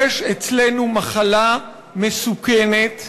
יש אצלנו מחלה מסוכנת,